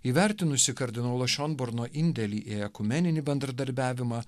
įvertinusi kardinolo šionborno indėlį į ekumeninį bendradarbiavimą